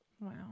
Wow